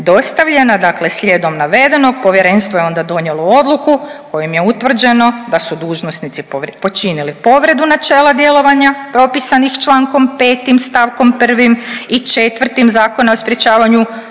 dostavljena. Dakle, slijedom navedenog povjerenstvo je onda donijelo odluku kojom je utvrđeno da su dužnosnici počinili povredu načela djelovanja propisanih Člankom 5. stavkom 1. i 4. Zakona o sprječavanju